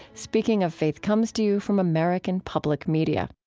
speaking of faith comes to you from american public media